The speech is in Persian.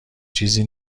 چیزی